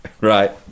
right